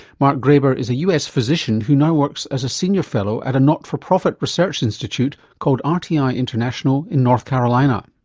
mark graber is a us physician who now works as a senior fellow at a not for profit research institute called ah rti ah international in north carolina.